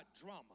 drama